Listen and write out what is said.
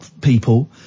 people